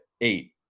eight